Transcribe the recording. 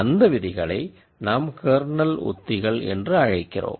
அந்த விதிகளை நாம் கெர்னல் உத்திகள் என்று அழைக்கிறோம்